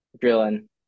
drilling